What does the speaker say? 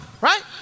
right